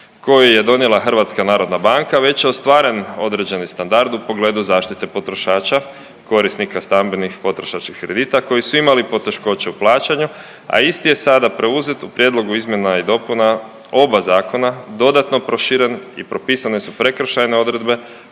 koji je donijela Hrvatska narodna banka, već ostvaren određeni standard u pogledu zaštite potrošača, korisnika stambenih potrošačkih kredita koji su imali poteškoće u plaćanju, a isti je sada preuzet u prijedlogu Izmjena i dopuna oba zakona, dodatno proširen i propisane su prekršajne odredbe